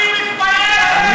אני מתבייש,